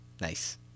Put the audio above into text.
Nice